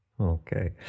Okay